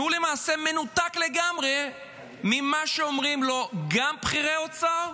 כשהוא למעשה מנותק לגמרי ממה שאומרים לו גם בכירי האוצר,